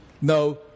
No